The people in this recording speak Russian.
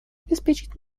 обеспечить